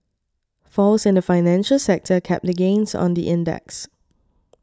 falls in the financial sector capped the gains on the index